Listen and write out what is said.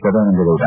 Sadananda Gowda